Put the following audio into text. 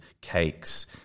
cakes